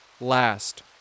last